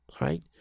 right